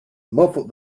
muffled